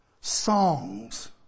Songs